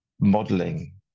modeling